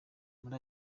muri